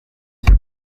gutya